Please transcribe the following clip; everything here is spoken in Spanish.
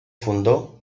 fundó